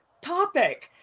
topic